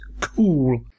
cool